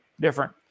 different